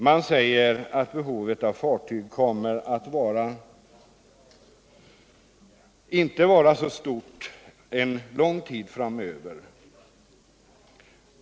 Man säger att behovet av fartyg inte kommer att vara så stort en lång tid framöver.